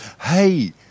Hey